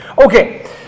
Okay